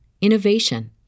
innovation